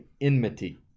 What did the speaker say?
enmity